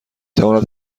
تواند